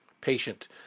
patient